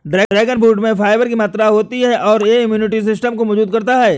dragon fruit में fibre की मात्रा होती है और यह इम्यूनिटी सिस्टम को मजबूत करता है